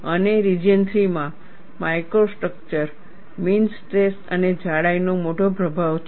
અને રિજિયન 3 માં micro structure mean stress અને જાડાઈનો મોટો પ્રભાવ છે